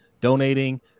Donating